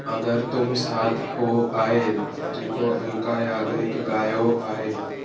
अगरि तुम साथ हो आए जेको अल्का याज्ञनिक ॻायो आहे